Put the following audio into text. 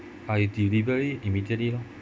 I delivery immediately lah